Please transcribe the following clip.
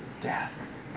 death